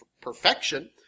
perfection